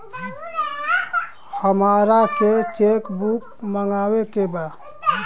हमारा के cheque book मगावे के बा?